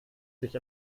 sich